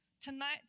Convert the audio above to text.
Tonight